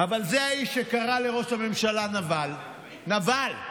אבל זה האיש שקרא לראש הממשלה "נבל"; נבל,